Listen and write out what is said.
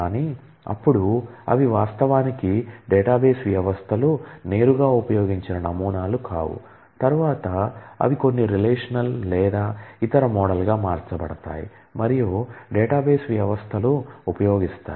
కానీ అప్పుడు అవి వాస్తవానికి డేటాబేస్ వ్యవస్థలు నేరుగా ఉపయోగించిన నమూనాలు కావు తరువాత అవి కొన్ని రిలేషనల్ లేదా ఇతర మోడల్గా మార్చబడతాయి మరియు డేటాబేస్ వ్యవస్థలు ఉపయోగిస్తాయి